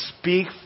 Speak